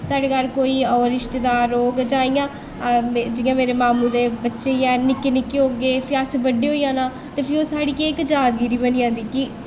साढ़े घर कोई रिश्तेदार औग जां इ'यां जि'यां मेरे मामू दे बच्चे निक्के निक्के होगे फ्हीअसें बड्डे होई जाना ते फ्ही साढ़ी ओह् इक जादगिरी बनी जंदी